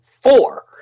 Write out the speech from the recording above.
four